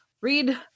read